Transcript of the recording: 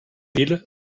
ville